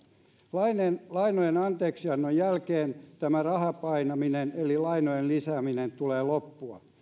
lainojen lainojen anteeksiannon jälkeen tämän rahanpainamisen eli lainojen lisäämisen tulee loppua